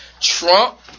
Trump